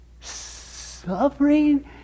Suffering